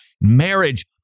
marriage